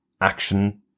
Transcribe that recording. action